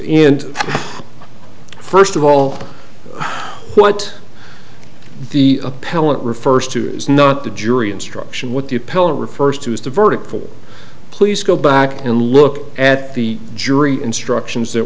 and first of all what the appellant refers to is not the jury instruction what the appellant refers to as the verdict form please go back and look at the jury instructions that